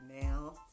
now